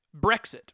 Brexit